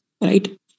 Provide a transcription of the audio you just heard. right